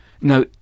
Now